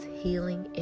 healing